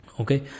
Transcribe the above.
Okay